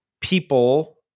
people